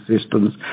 systems